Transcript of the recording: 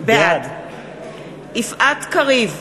בעד יפעת קריב,